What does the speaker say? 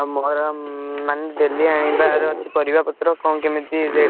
ଆମର ମାନେ ଡେଲି ଆଣିବାର ଅଛି ପରିବାପତ୍ର କ'ଣ କେମିତି ରେଟ୍